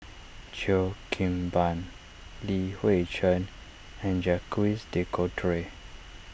Cheo Kim Ban Li Hui Cheng and Jacques De Coutre